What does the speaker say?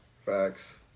Facts